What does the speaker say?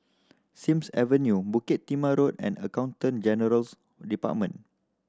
Sims Avenue Bukit Timah Road and Accountant General's Department